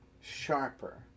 sharper